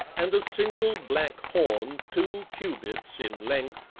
and a single black horn, two cubits in length,